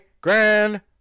Grand